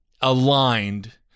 aligned